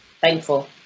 thankful